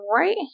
right